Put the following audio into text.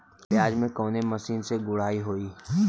प्याज में कवने मशीन से गुड़ाई होई?